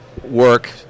work